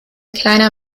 kleiner